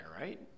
right